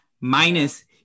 minus